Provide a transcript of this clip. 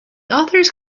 authors